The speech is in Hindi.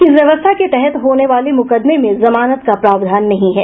इस व्यवस्था के तहत होने वाली मुकदमे में जमानत का प्रावधान नहीं है